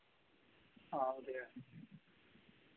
हां ओह् ते ऐ